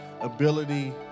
ability